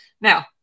Now